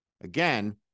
again